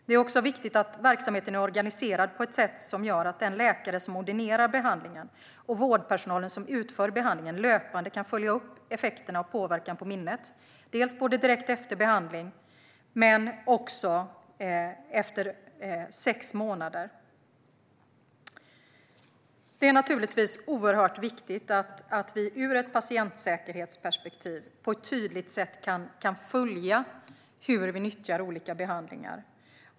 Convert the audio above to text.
Det är också viktigt att verksamheten är organiserad på ett sätt som gör att den läkare som ordinerar behandlingen och vårdpersonalen som utför behandlingen löpande kan följa upp effekterna och påverkan på minnet, både direkt efter behandling och efter sex månader. Det är naturligtvis oerhört viktigt att vi ur ett patientsäkerhetsperspektiv på ett tydligt sätt kan följa hur vi nyttjar olika behandlingar.